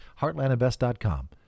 Heartlandinvest.com